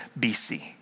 BC